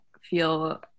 feel